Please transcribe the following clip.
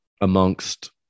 amongst